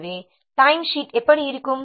எனவே times sheet எப்படி இருக்கும்